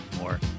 more